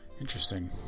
interesting